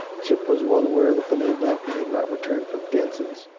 chip was well aware that the little doctor had not returned from denson's,